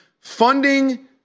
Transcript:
funding